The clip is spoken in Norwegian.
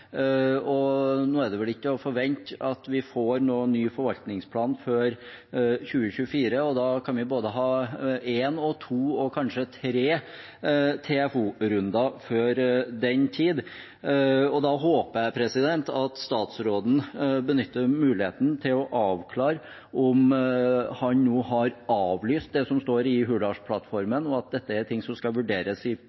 Nå er det vel ikke å forvente at vi får noen ny forvaltningsplan før i 2024, og vi kan ha hatt både én, to og kanskje tre TFO-runder før den tid. Jeg håper at statsråden benytter muligheten til å avklare om han nå har avlyst det som står i